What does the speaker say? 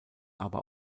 aber